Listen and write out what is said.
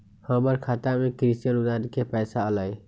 हमर खाता में कृषि अनुदान के पैसा अलई?